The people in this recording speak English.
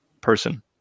person